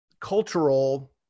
cultural